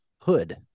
hood